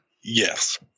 Yes